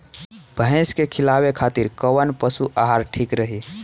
भैंस के खिलावे खातिर कोवन पशु आहार ठीक रही?